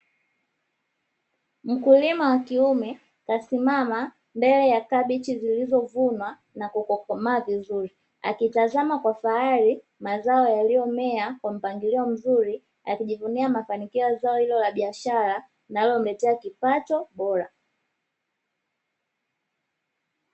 Mkulima wa kiume amesimama mbele ya kabeji zilizoiva na kukomaa vizuri, akitazama kwa fahari mazao yaliyomea kwa mpangilio mzuri, akijivunia mafanikio ya zao hilo ya biashara linalomletea kipato bora.